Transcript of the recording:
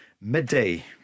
Midday